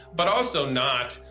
but also not,